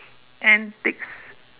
antics